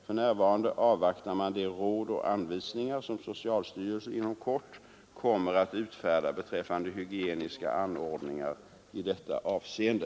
För närvarande avvaktar man de råd och anvisningar som socialstyrelsen inom kort kommer att utfärda beträffande hygieniska anordningar i detta avseende.